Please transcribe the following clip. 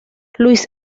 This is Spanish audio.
luis